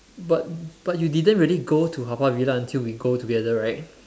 but but you didn't really go to Haw Par Villa until we go together right